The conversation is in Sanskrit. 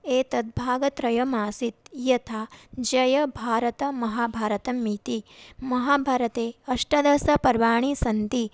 एतद्भागत्रयमासीत् यथा जयं भारतं महाभारतम् इति महाभारते अष्टादश पर्वाणि सन्ति